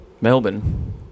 Melbourne